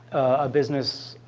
a business,